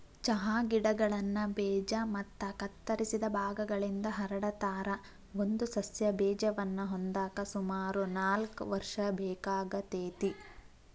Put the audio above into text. ಚಹಾ ಗಿಡಗಳನ್ನ ಬೇಜ ಮತ್ತ ಕತ್ತರಿಸಿದ ಭಾಗಗಳಿಂದ ಹರಡತಾರ, ಒಂದು ಸಸ್ಯ ಬೇಜವನ್ನ ಹೊಂದಾಕ ಸುಮಾರು ನಾಲ್ಕ್ ವರ್ಷ ಬೇಕಾಗತೇತಿ